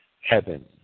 heaven